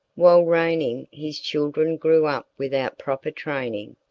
while reigning, his children grew up without proper training.